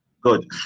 good